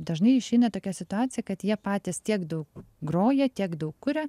dažnai išeina tokia situacija kad jie patys tiek daug groja tiek daug kuria